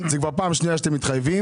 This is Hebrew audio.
זה כבר פעם שנייה שאתם מתחייבים.